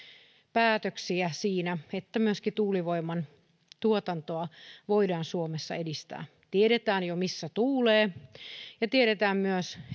päätöksiä siinä että myöskin tuulivoiman tuotantoa voidaan suomessa edistää tiedetään jo missä tuulee ja tiedetään myös